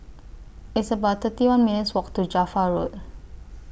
It's about thirty one minutes' Walk to Java Road